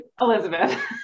Elizabeth